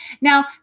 Now